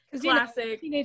classic